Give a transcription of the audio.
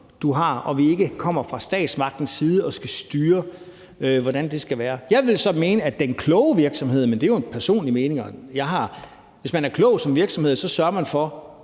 du har, og hvis vi ikke kommer fra statsmagtens side og skal styre, hvordan det skal være. Jeg vil så mene, men det er jo min personlige mening, at hvis man er en klog virksomhed, sørger man for